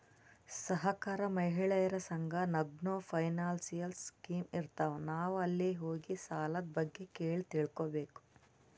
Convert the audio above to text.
ಸಹಕಾರ, ಮಹಿಳೆಯರ ಸಂಘ ನಾಗ್ನೂ ಫೈನಾನ್ಸಿಯಲ್ ಸ್ಕೀಮ್ ಇರ್ತಾವ್, ನಾವ್ ಅಲ್ಲಿ ಹೋಗಿ ಸಾಲದ್ ಬಗ್ಗೆ ಕೇಳಿ ತಿಳ್ಕೋಬೇಕು